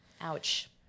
Ouch